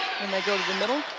and they go to the middle.